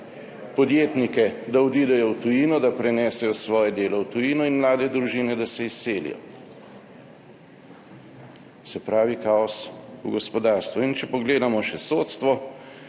podjetnike, da odidejo v tujino, da prenesejo svoje delo v tujino, in mlade družine, da se izselijo. Se pravi kaos v gospodarstvu. In če pogledamo še sodstvo.